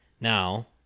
Now